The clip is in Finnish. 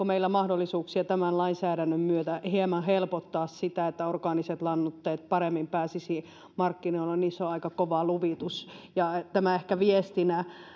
meillä mahdollisuuksia tämän lainsäädännön myötä hieman helpottaa sitä että orgaaniset lannoitteet paremmin pääsisivät markkinoille niissä on aika kova luvitus tämä ehkä viestinä